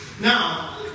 Now